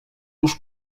już